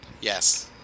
Yes